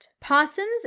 Parsons